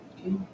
Okay